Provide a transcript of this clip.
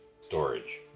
storage